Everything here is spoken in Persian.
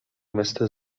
مثل